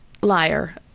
liar